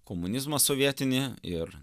komunizmą sovietinį ir